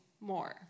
more